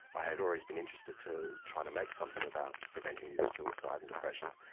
i had always been interested to try to make something about preventing youth suicide and depression,